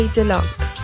Deluxe